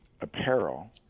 apparel